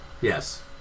Yes